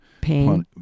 pain